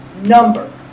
number